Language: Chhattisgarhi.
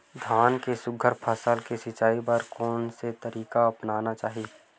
धान के सुघ्घर फसल के सिचाई बर कोन से तरीका अपनाना चाहि?